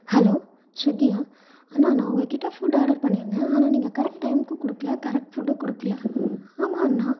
hello ஸ்விகியா அண்ணா நான் உங்கக்கிட்டே ஃபுட் ஆடர் பண்ணி இருந்தேன் ஆனால் நீங்கள் கரெக்ட் டைமுக்கு கொடுக்கல கரெக்ட் ஃபுட்டு கொடுக்கல ஆமாம் அண்ணா